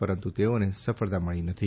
પરંતુ તેઓએ સફળતા મળી નથી